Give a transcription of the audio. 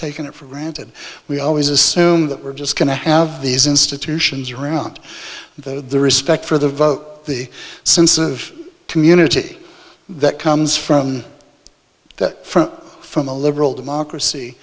taken it for granted we always assume that we're just going to have these institutions around the respect for the vote the sense of community that comes from that from from a liberal democracy